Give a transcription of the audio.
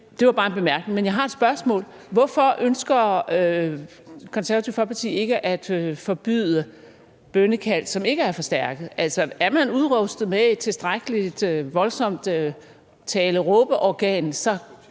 Det var bare en bemærkning. Jeg har et spørgsmål: Hvorfor ønsker Det Konservative Folkeparti ikke at forbyde bønnekald, som ikke er højtalerforstærket? Er man udrustet med et tilstrækkelig voldsomt tale-råbe-organ,